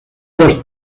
dos